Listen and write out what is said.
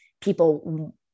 people